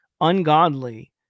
ungodly